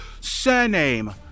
Surname